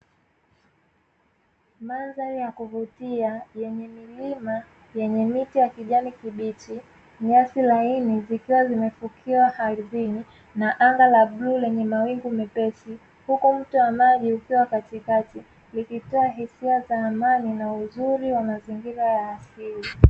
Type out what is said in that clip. Mandhari ya kuvutia yenye milima, yenye miti ya kijani kibichi, nyasi laini zikiwa zimefukiwa ardhini na anga la bluu lenye mawingu mepesi. Huku mto wa maji ukiwa umepita katikati, ikitoa hisia za amani na uzuri wa mazingira ya asili.